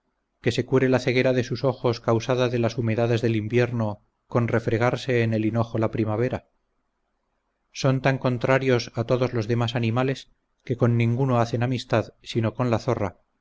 que se cure la ceguera de sus ojos causada de las humedades del invierno con refregarse en el hinojo la primavera son tan contrarios a todos los demás animales que con ninguno hacen amistad sino con la zorra